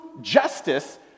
justice